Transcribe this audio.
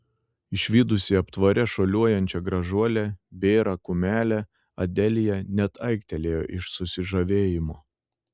išvydusi aptvare šuoliuojančią gražuolę bėrą kumelę adelija net aiktelėjo iš susižavėjimo